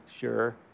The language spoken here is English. sure